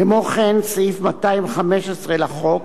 כמו כן, סעיף 215 לחוק